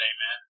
Amen